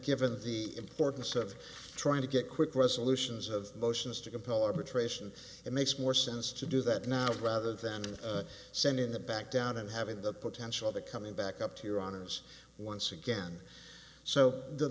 given the importance of trying to get quick resolutions of motions to compel arbitration it makes more sense to do that now rather than sending it back down and having the potential of the coming back up to your honor's once again so the